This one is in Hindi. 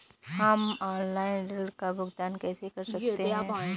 हम ऑनलाइन ऋण का भुगतान कैसे कर सकते हैं?